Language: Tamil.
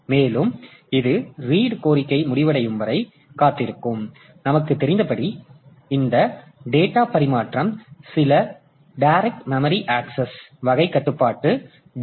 மேலும் இது ரீட் கோரிக்கை முடிவடையும் வரை காத்திருக்கும் மேலும் நமக்குத் தெரிந்தபடி இந்த டேட்டா பரிமாற்றம் சில டைரக்ட் மெமரி ஆக்சஸ் வகை கட்டுப்பாட்டு டி